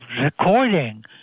recording